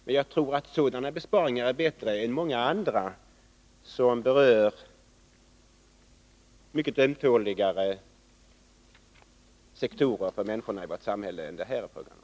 Men jag tror att sådana besparingar är bättre än många andra som berör mycket ömtåligare sektorer för människorna i vårt samhälle än det här är fråga om.